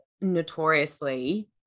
notoriously